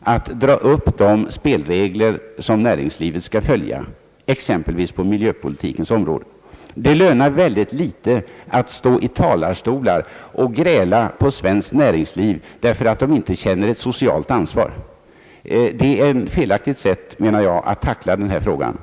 att dra upp de spelregler som näringslivet skall följa, exempelvis på miljöpolitikens område. Det lönar sig mycket litet att stå i talarstolar och gräla på svenskt näringsliv därför att dess företrädare inte känner ett socialt ansvar. Det är ett felaktigt sätt att tackla denna fråga.